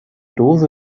dose